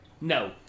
No